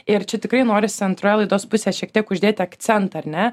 ir čia tikrai norisi antroj laidos pusėj šiek tiek uždėti akcentą ar ne